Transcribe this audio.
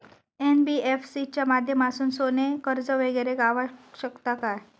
NBFC च्या माध्यमातून सोने कर्ज वगैरे गावात शकता काय?